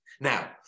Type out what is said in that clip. Now